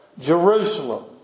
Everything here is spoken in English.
Jerusalem